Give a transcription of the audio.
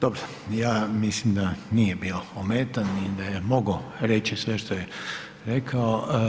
Dobro, ja mislim da nije bio ometan i da je mogao reći sve što je rekao.